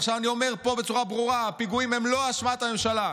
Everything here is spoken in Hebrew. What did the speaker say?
עכשיו אני אומר פה בצורה ברורה: הפיגועים הם לא באשמת הממשלה.